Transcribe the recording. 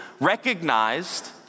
recognized